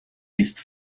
ist